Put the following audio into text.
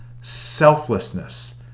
selflessness